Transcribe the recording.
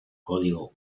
código